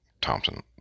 Thompson